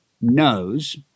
knows